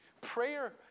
Prayer